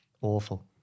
Awful